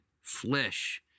flesh